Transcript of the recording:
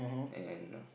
and